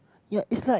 ya is like